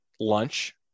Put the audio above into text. lunch